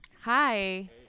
Hi